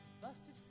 Busted